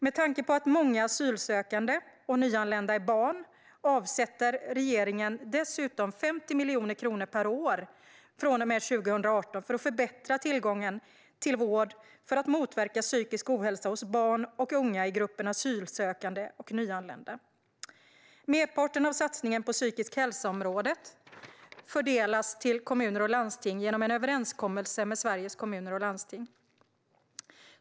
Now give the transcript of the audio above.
Med tanke på att många asylsökande och nyanlända är barn avsätter regeringen dessutom 50 miljoner kronor per år från och med 2018 för att förbättra tillgången till vård för att motverka psykisk ohälsa hos barn och unga i gruppen asylsökande och nyanlända. Merparten av satsningen på området psykisk hälsa fördelas till kommuner och landsting genom en överenskommelse med Sveriges Kommuner och Landsting.